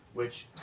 which,